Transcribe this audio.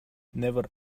never